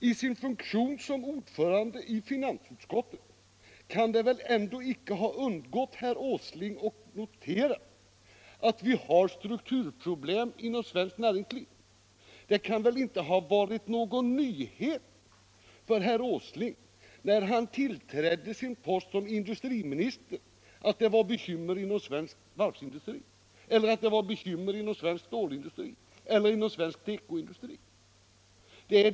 I sin funktion som ordförande i finansutskottet kan herr Åsling väl ändå icke ha undgått att notera att vi har strukturproblem inom svenskt näringsliv? Det kan inte ha varit någon nyhet för herr Åsling, när han tillträdde sin post som industriminister, att det fanns bekymmer inom svensk varvsindustri eller svensk stålindustri eller svensk tekoindustri.